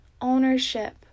ownership